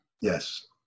Yes